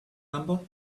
number